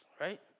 Right